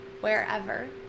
wherever